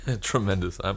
Tremendous